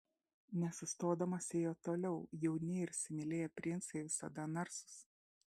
nesustodamas ėjo toliau jauni ir įsimylėję princai visada narsūs